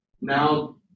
now